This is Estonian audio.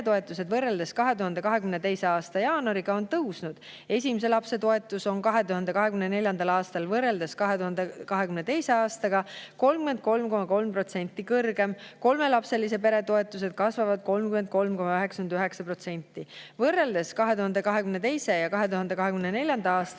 võrreldes 2022. aasta jaanuariga tõusnud. Esimese lapse toetus on 2024. aastal võrreldes 2022. aastaga 33,3% kõrgem, kolmelapselise pere toetused kasvavad 33,99%. Võrreldes 2022. ja 2024. aastat